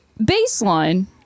baseline